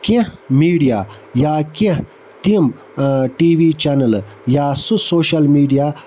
کینٛہہ میٖڈیا یا کینٛہہ تِم ٹی وی چَنلہٕ یا سُہ سوشَل میٖڈیا